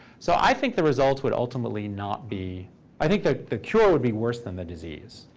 so i think the results would ultimately not be i think the the cure would be worse than the disease.